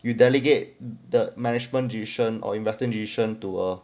you delegate the management decision or investment decision to uh